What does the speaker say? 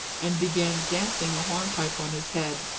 and began dancing a hornpipe on his head.